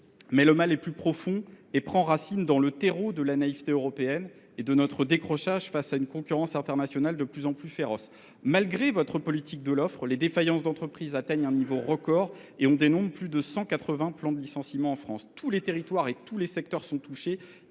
mais le mal est plus profond. Il prend racine dans le terreau de la naïveté européenne, dans notre décrochage face à une concurrence internationale de plus en plus féroce. Malgré votre politique de l’offre, les défaillances d’entreprises atteignent un niveau record. On dénombre plus de 180 plans de licenciements en France. Tous les territoires et tous les secteurs sont touchés,